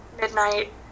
midnight